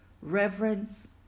reverence